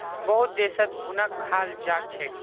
बहुत देशत घुनक खाल जा छेक